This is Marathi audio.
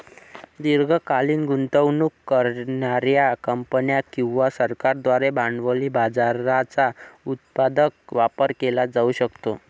दीर्घकालीन गुंतवणूक करणार्या कंपन्या किंवा सरकारांद्वारे भांडवली बाजाराचा उत्पादक वापर केला जाऊ शकतो